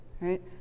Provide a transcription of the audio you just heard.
right